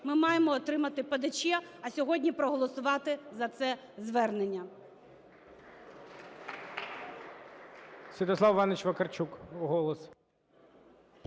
ми маємо отримати ПДЧ, а сьогодні – проголосувати за це звернення.